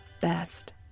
best